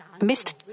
missed